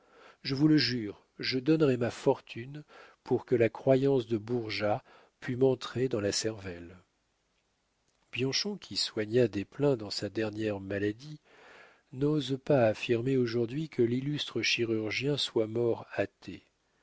je vous le jure je donnerais ma fortune pour que la croyance de bourgeat pût m'entrer dans la cervelle bianchon qui soigna desplein dans sa dernière maladie n'ose pas affirmer aujourd'hui que l'illustre chirurgien soit mort